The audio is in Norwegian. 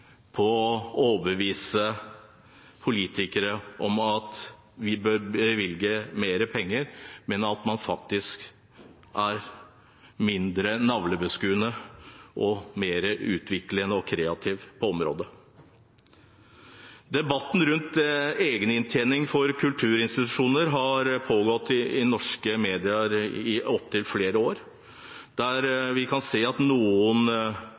på å overbevise politikere om at vi bør bevilge mer penger, men faktisk være mindre navlebeskuende og mer utviklende og kreative på området. Debatten rundt egeninntjening for kulturinstitusjoner har pågått i norske medier i opptil flere år, der vi kan se at noen